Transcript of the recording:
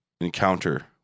encounter